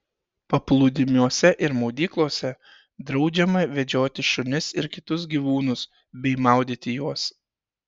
paplūdimiuose ir maudyklose draudžiama vedžioti šunis ir kitus gyvūnus bei maudyti juos